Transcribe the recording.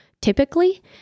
typically